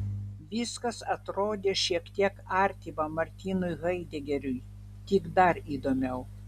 viskas atrodė šiek tiek artima martinui haidegeriui tik dar įdomiau